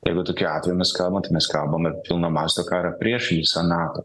jeigu tokiu atveju mes kalbam tai mes kalbame pilno masto karą prieš visą nato